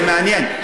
זה מעניין.